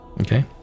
okay